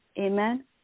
Amen